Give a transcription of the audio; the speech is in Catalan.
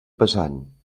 pesant